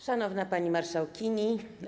Szanowna Pani Marszałkini!